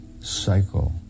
cycle